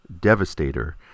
Devastator